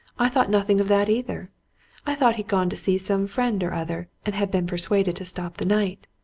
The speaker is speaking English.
i thought nothing of that either i thought he'd gone to see some friend or other, and had been persuaded to stop the night.